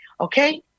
okay